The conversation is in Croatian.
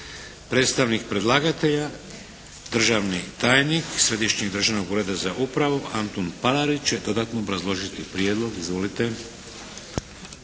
Predstavnik predlagatelja, državni tajnik Središnjeg državnog ureda za upravu, Antun Palarić će dodatno obrazložiti prijedlog. Izvolite.